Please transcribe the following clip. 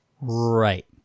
Right